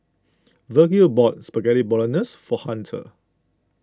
Virgil bought Spaghetti Bolognese for Hunter